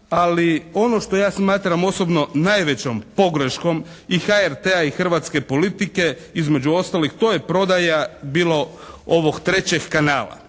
Ali ono što ja smatram osobno najvećom pogreškom i HRT-a i hrvatske politike između ostalih to je prodaja bilo ovog trećeg kanala.